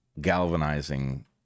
galvanizing